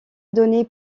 donné